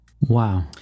Wow